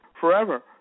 forever